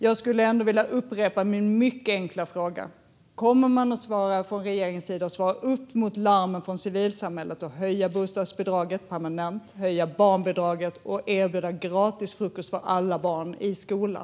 Jag vill upprepa min mycket enkla fråga: Kommer regeringen att svara upp mot larmen från civilsamhället och höja bostadsbidraget permanent, höja barnbidraget och erbjuda gratis frukost för alla barn i skolan?